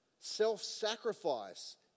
Self-sacrifice